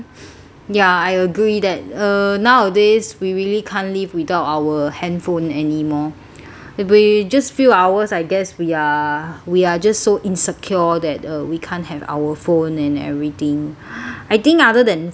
ya I agree that uh nowadays we really can't live without our handphone anymore if we just few hours I guess we are we are just so insecure that we can't have our phone and everything I think other than phone